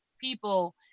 people